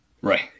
Right